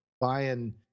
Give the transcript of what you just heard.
buying